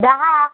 दहा